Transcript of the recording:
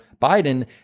Biden